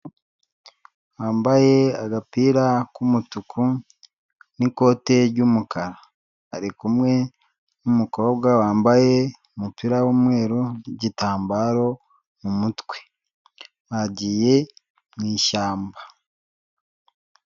Wambaye agapira k'umutuku n'ikote ry'umukara, ari kumwe n'umukobwa wambaye umupira w'umweru n'igitambaro mu mutwe bagiye mu ishyamba.